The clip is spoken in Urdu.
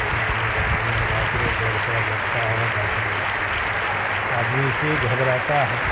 کہیں آنے جانے میں رات کو ڈر سا لگتا ہے باقی آدمی سے گھبراتا ہے